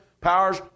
powers